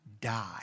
die